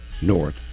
North